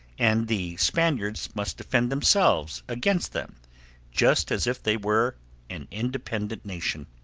and the spaniards must defend themselves against them just as if they were an independent nation.